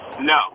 No